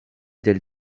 del